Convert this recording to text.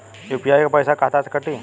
UPI क पैसा खाता से कटी?